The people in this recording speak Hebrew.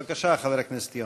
בבקשה, חבר הכנסת יונה.